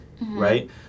right